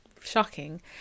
shocking